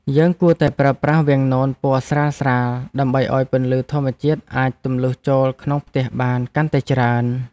យើងគួរតែប្រើប្រាស់វាំងននពណ៌ស្រាលៗដើម្បីឱ្យពន្លឺធម្មជាតិអាចទម្លុះចូលក្នុងផ្ទះបានកាន់តែច្រើន។